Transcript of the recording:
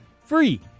free